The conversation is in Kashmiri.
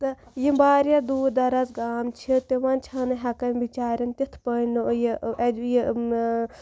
تہٕ یِم واریاہ دوٗر دراز گام چھِ تِمَن چھَنہٕ ہیٚکان بِچارٮ۪ن تِتھ پٲنۍ یہِ